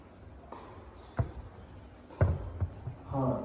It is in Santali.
ᱦᱚᱲ